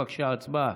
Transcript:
בבקשה, הצבעה.